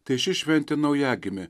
tai ši šventė naujagimė